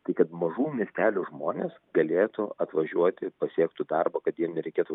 tai kad mažų miestelių žmonės galėtų atvažiuoti pasiektų darbą kad jiem nereikėtų